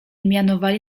mianowali